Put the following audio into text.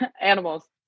animals